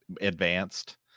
advanced